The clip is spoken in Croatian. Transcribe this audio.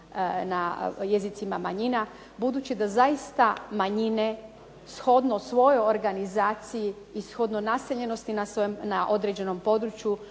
na jezicima manjina. Budući da zaista manjine shodno svojoj organizaciji i shodno naseljenosti na određenom području